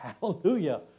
Hallelujah